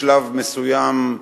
בשלב מסוים,